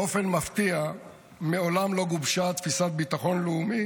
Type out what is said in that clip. באופן מפתיע מעולם לא גובשה תפיסת ביטחון לאומי